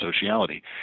sociality